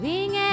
Wing